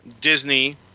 Disney